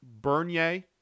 Bernier